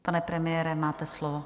Pane premiére, máte slovo.